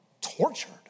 tortured